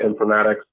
informatics